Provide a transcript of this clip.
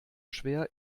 schwer